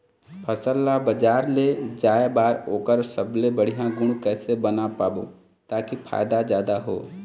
फसल ला बजार ले जाए बार ओकर सबले बढ़िया गुण कैसे बना पाबो ताकि फायदा जादा हो?